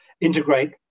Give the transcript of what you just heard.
integrate